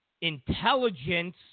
intelligence